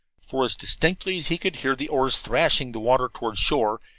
for as distinctly as he could hear the oars thrashing the water toward shore,